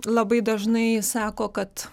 labai dažnai sako kad